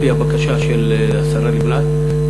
על-פי הבקשה של השרה לבנת,